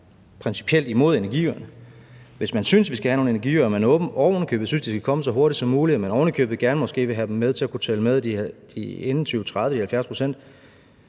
principielt imod energiøerne. Hvis man synes, at vi skal have nogle energiafgifter, og man oven i købet synes, at de skal komme så hurtigt som muligt, og man oven i købet gerne vil have dem til at kunne tælle med i de 70